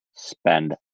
spend